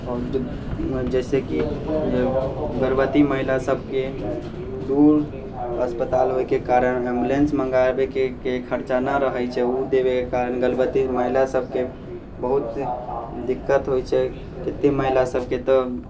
जैसेकि जे गर्भवती महिला सबके दूर अस्पताल होयके कारण एम्बुलेंस मँगाबेके खर्चा नहि रहैत छै ओ देबेके कारण गर्भवती महिला सबकेँ बहुत दिक्कत होइत छै कते महिला सबकेँ तऽ